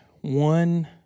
One